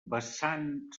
vessant